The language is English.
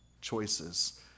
choices